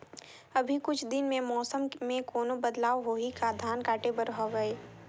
अभी कुछ दिन मे मौसम मे कोनो बदलाव होही का? धान काटे बर हवय?